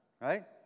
right